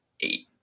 eight